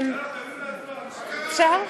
אפשר?